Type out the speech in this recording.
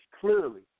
clearly